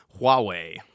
Huawei